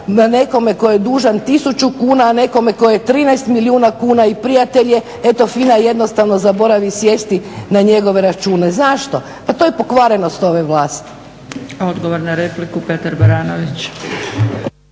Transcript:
nekome tko je dužan 1000 kuna a netko tko je 13 milijuna kuna i prijatelj je eto FINA jednostavno zaboravi sjesti na njegove račune? Zašto? Pa to je pokvarenost ove vlasti. **Zgrebec, Dragica (SDP)** Odgovor na repliku Petar Baranović.